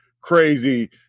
crazy